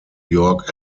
york